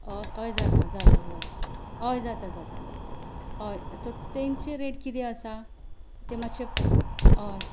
हय हय जाता जाता जाता हय जाता जाता जाता हय सो ते तेंचे रेट किदें आसा तें मातशे हय